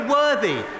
worthy